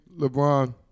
LeBron